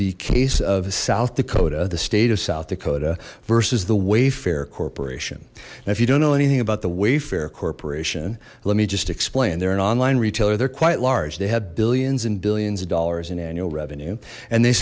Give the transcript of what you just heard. the case of south dakota the state of south dakota versus the wayfarer corporation now if you don't know anything about the wayfarer corporation let me just explain they're an online retailer they're quite large they have billions and billions of dollars in an